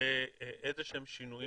שנראה איזה שהם שינויים